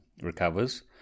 recovers